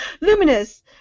Luminous